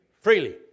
Freely